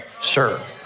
sir